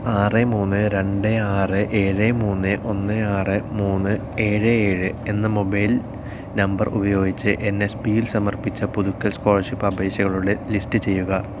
ആറ് മൂന്ന് രണ്ട് ആറ് ഏഴ് മൂന്ന് ഒന്ന് ആറ് മൂന്ന് ഏഴ് ഏഴ് എന്ന മൊബൈൽ നമ്പർ ഉപയോഗിച്ച് എൻ എസ് പിയിൽ സമർപ്പിച്ച പുതുക്കൽ സ്കോളർഷിപ്പ് അപേക്ഷകളുടെ ലിസ്റ്റ് ചെയ്യുക